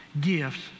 gifts